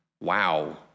wow